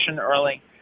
early